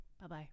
Bye-bye